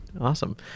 Awesome